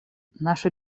наша